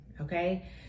okay